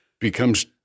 becomes